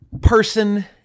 person